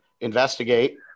investigate